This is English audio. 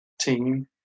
team